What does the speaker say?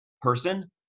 person